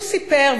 הוא סיפר,